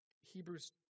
Hebrews